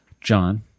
John